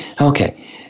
Okay